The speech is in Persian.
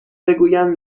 بگویند